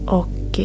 och